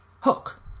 Hook